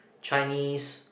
Chinese